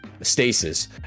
stasis